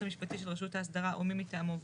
המשפטי של רשות ההסדרה או מי מטעמו,